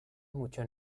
muchos